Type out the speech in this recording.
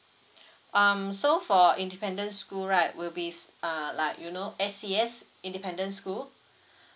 um so for independent school right will be s~ err like you know S_C_S independent school